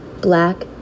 Black